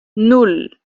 nul